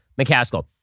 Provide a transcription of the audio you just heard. McCaskill